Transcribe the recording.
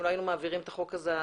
אם לא היינו מעבירים את החוק הזה,